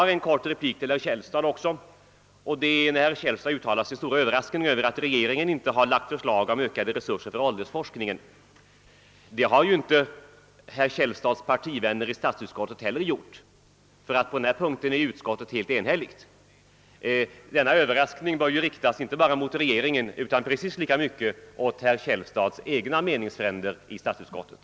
Slutligen vill jag rikta en kort replik till herr Källstad. Herr Källstad uttalade sin stora överraskning över att regeringen inte framlagt förslag om ökade resurser för åldersforskningen. Den tanken har inte heller herr Källstads partivänner i statsutskottet ställt sig bakom, utan på denna punkt är utskottet enhälligt. Herr Källstads överraskning bör därför inte bara gälla regeringen, utan precis lika mycket hans egna meningsfränder i statsutskottet.